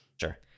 Sure